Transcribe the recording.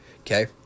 okay